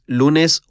lunes